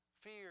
Fear